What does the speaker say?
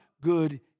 Good